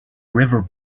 river